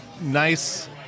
nice